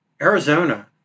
Arizona